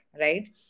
right